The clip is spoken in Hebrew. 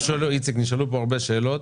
איציק, נשאלו פה הרבה שאלות,